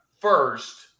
first